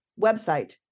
website